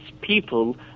people